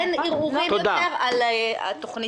שאין יותר ערעורים על התוכנית הזאת.